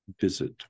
visit